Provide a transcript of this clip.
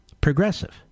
progressive